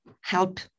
help